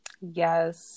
Yes